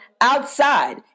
outside